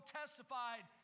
testified